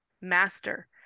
master